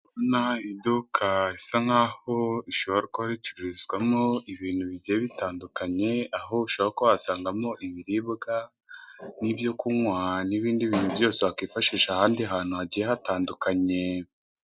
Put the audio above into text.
Ndabona iduka risa nkaho rishobora kuba ricururizwamo ibintu bigiye bitandukanye. Aho ushobora kuhasangamo ibiribwa n'ibyo kunywa, n'ibindi bintu byose wakwifashisha ahandi hantu hagiye hatandukanye.